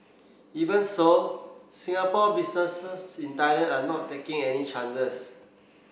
even so Singapore businesses in Thailand are not taking any chances